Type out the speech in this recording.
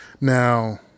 Now